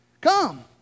Come